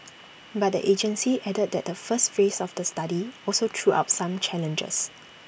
but the agency added that the first phase of the study also threw up some challenges